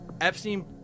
Epstein